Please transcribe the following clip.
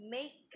Make